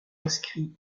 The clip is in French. inscrit